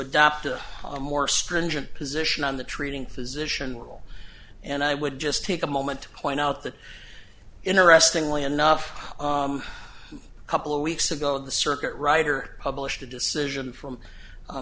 adopt a more stringent position on the treating physician role and i would just take a moment point out that interestingly enough a couple of weeks ago the circuit rider published a decision from